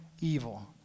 evil